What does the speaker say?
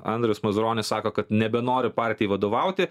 andrius mazuronis sako kad nebenoriu partijai vadovauti